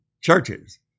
churches